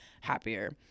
happier